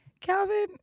Calvin